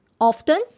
Often